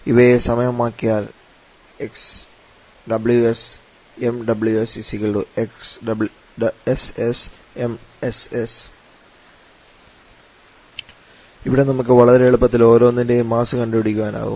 ഇവയെ സമം ആക്കിയാൽ 𝑥𝑤𝑠 𝑚𝑤𝑠 𝑥𝑠𝑠𝑚𝑠𝑠 ഇവിടെ നമുക്ക് വളരെ എളുപ്പത്തിൽ ഓരോന്നിനെയും മാസ് കണ്ടുപിടിക്കാനാവും